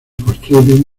construyen